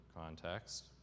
context